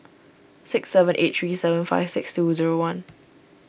six seven eight three seven five six two zero one